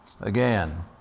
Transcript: again